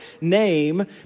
name